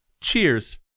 Cheers